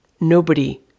Nobody